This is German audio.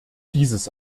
dieses